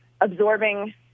absorbing